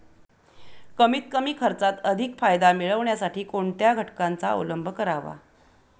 कमीत कमी खर्चात अधिक फायदा मिळविण्यासाठी कोणत्या घटकांचा अवलंब करावा?